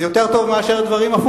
זה יותר טוב מדברים הפוכים.